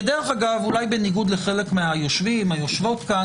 אולי בניגוד לחלק מהיושבים פה,